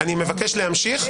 אני מבקש להמשיך,